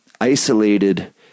isolated